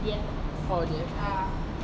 oh dia